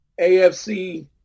AFC